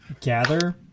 gather